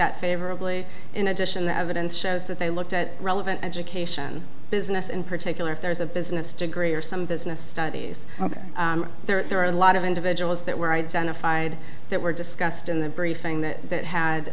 at favorably in addition the evidence shows that they looked at relevant education business in particular if there's a business degree or some business studies there are a lot of individuals that were identified that were discussed in the briefing that that